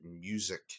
music